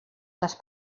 les